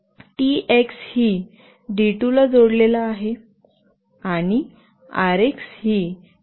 TX ही डी2 ला जोडलेला आहे आणि आरएक्स ही डी8 ला जोडलेला आहे